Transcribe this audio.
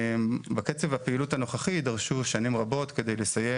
בקצב הפעילות הנוכחי יידרשו שנים רבות כדי לסיים